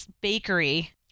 bakery